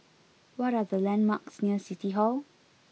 what are the landmarks near City Hall